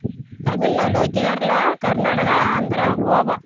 Tamil Nadu Kerala Karnataka Andhra Goa